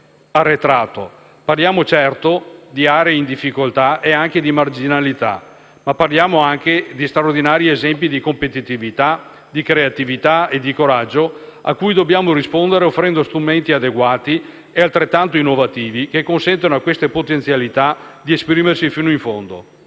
arretrato; parliamo, certo, di aree in difficoltà e anche di marginalità, ma parliamo anche di straordinari esempi di competitività, di creatività e di coraggio, cui dobbiamo rispondere offrendo strumenti adeguati e altrettanto innovativi, che consentano a queste potenzialità di esprimersi fino in fondo.